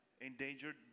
endangered